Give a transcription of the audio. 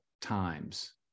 times